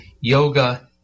yoga